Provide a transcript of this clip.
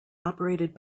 operated